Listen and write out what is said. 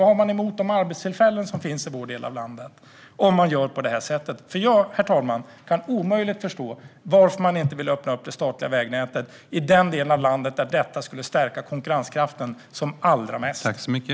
Vad har man emot de arbetstillfällen som finns i vår del av landet? Jag kan omöjligt förstå, herr talman, varför man inte vill öppna det statliga vägnätet i den del av landet där detta skulle stärka konkurrenskraften som allra mest.